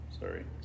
Sorry